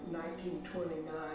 1929